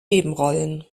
nebenrollen